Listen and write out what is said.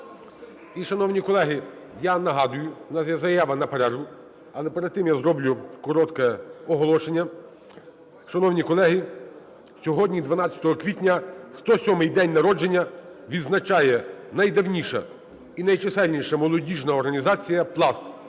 І, шановні колеги, я нагадую, у нас є заява на перерву, але перед тим я зроблю коротке оголошення. Шановні колеги, сьогодні, 12 квітня, 107-й день народження відзначає найдавніша і найчисельніша молодіжна організація "Пласт"